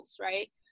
right